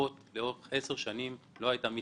יפות לאורך 10 שנים לא הייתה מתקיימת.